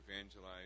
evangelize